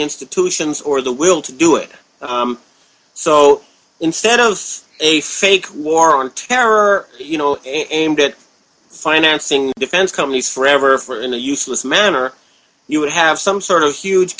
institutions or the will to do it so instead of a fake war on terror you know and it financing defense companies forever for in a useless manner you would have some sort of huge